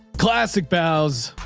classic bowels,